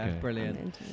brilliant